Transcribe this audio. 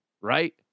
Right